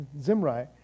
Zimri